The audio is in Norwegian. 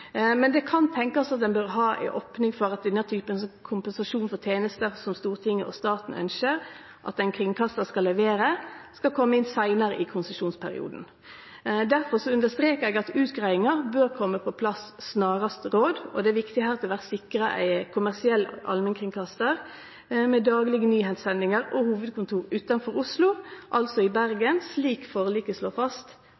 Men det kan tenkjast at ein bør ha ei opning for at denne typen kompensasjon for tenester som Stortinget og staten ønskjer at ein kringkastar skal levere, skal kome inn seinare i konsesjonsperioden. Derfor understrekar eg at utgreiinga bør kome på plass snarast råd, og det er viktig her at det blir sikra ein kommersiell allmennkringkastar med daglege nyheitssendingar og hovudkontor utanfor Oslo, altså i